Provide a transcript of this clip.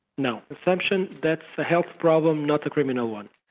no, perception that's a health problem not a criminal one.